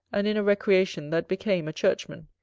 and in a recreation that became a churchman.